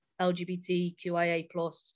LGBTQIA+